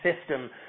system